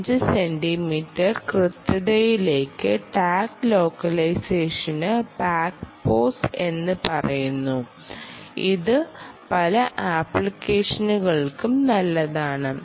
5 centimetre കൃത്യതയിലേക്ക് tag ലോക്കലൈസേഷന് ബാക്ക് പോസ് എന്നു പറയുന്നു ഇത് പല ആപ്ലിക്കേഷനുകൾക്കും നല്ലതാണ്